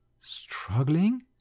struggling